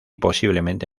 posiblemente